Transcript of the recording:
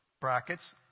brackets